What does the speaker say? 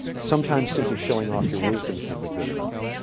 sometimes simply showing off your wisdom can be good enough.